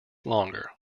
longer